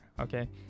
okay